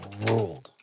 ruled